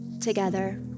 together